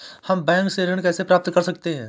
हम बैंक से ऋण कैसे प्राप्त कर सकते हैं?